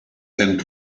and